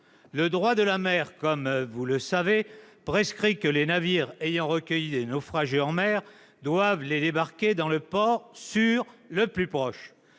le droit de la mer prescrit que les navires ayant recueilli des naufragés en mer doivent les débarquer dans le port sûr le plus proche.